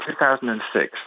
2006